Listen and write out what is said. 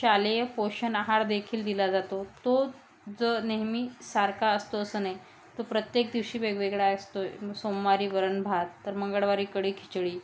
शालेय पोषण आहारदेखील दिला जातो तो जर नेहमी सारखा असतो असं नाही तो प्रत्येक दिवशी वेगवेगळा असतो सोमवारी वरण भात तर मंगळवारी कढी खिचडी